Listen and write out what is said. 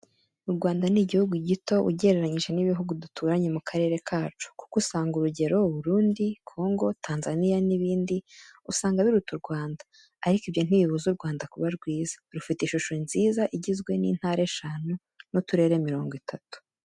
U Rwanda ni igihugu gito ugereranye n'ibihugu duturanye mu karere kacu, kuko usanga urugero u Burundi, Kongo, Tanzanya, n'ibindi usanga biruta u Rwanda, ariko ibyo ntibibuza u Rwanda kuba rwiza, rufite ishusho nziza igizwe n'intara eshanu, n'uturere mirongo itatu.